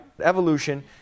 evolution